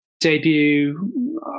debut